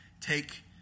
take